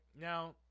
Now